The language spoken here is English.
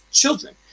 children